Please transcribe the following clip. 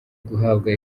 guhabwa